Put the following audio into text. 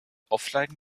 offline